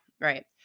right